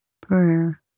Prayer